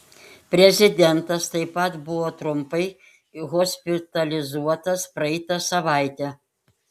prezidentas taip pat buvo trumpai hospitalizuotas praeitą savaitę